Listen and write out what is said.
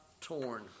torn